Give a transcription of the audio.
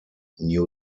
new